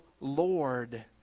Lord